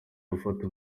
gufata